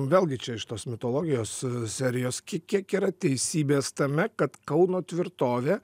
vėlgi čia iš tos mitologijos serijos kiek kiek yra teisybės tame kad kauno tvirtovė